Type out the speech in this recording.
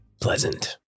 pleasant